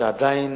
שעדיין